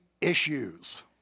issues